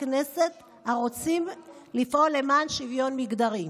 כנסת הרוצים לפעול למען שוויון מגדרי.